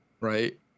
right